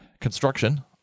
construction